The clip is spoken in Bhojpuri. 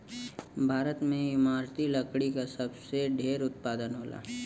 भारत में इमारती लकड़ी क सबसे ढेर उत्पादन होला